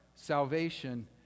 Salvation